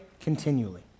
continually